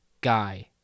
Guy